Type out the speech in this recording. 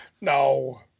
No